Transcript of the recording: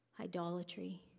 Idolatry